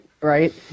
right